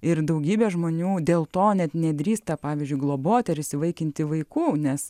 ir daugybė žmonių dėl to net nedrįsta pavyzdžiui globoti ar įsivaikinti vaikų nes